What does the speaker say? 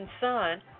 son